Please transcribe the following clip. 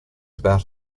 about